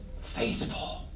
faithful